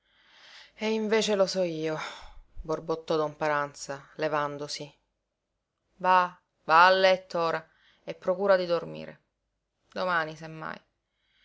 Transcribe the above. e invece lo so io borbottò don paranza levandosi va va a letto ora e procura di dormire domani se